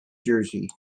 jersey